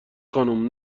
خانم